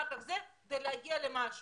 כאשר האנשים בכלל לא מבינים מה רוצים מהם.